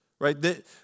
right